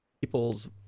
people's